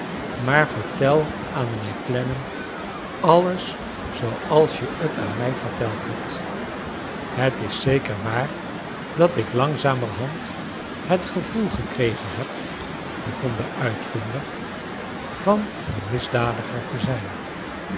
maar vertel aan mijnheer clennam alles zooals je t aan mij verteld hebt het is zeker waar dat ik langzamerhand net gevoel geregen heb w begon de uitvinder van een misdadiger te zijn